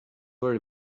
were